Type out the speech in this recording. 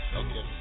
okay